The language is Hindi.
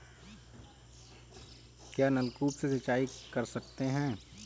क्या नलकूप से सिंचाई कर सकते हैं?